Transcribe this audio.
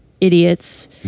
idiots